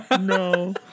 No